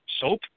soap